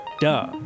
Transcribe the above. duh